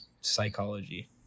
psychology